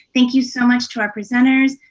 thank you so much to our presenters,